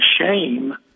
shame